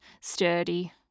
sturdy